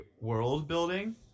world-building